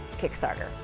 Kickstarter